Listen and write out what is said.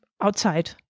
outside